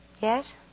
Yes